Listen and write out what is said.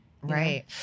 Right